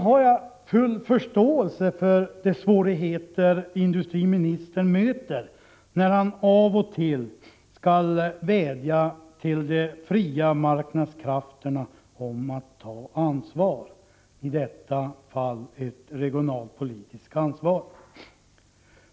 Jag har full förståelse för de svårigheter industriministern möter när han av och till skall vädja till de fria marknadskrafterna om att ta ansvar, i detta fall ett regionalpolitiskt ansvar.